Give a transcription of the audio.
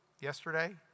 Yesterday